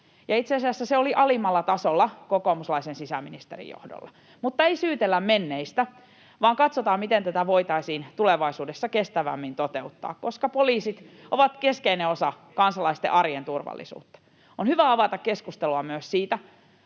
itse asiassa se oli alimmalla tasolla kokoomuslaisen sisäministerin johdolla. Mutta ei syytellä menneistä vaan katsotaan, miten tätä voitaisiin tulevaisuudessa kestävämmin toteuttaa, koska poliisit ovat keskeinen osa kansalaisten arjen turvallisuutta. On hyvä avata keskustelua myös siitä,